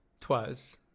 Twas